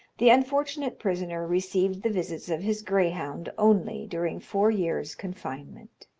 the unfortunate prisoner received the visits of his greyhound only, during four years' confinement.